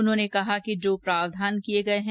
उन्होंने कहा कि जो प्रावधान किये गये हैं